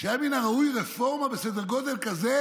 שהיה מן הראוי שרפורמה בסדר גודל כזה